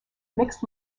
mixed